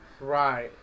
Right